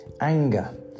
anger